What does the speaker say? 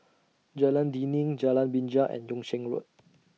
Jalan Dinding Jalan Binja and Yung Sheng Road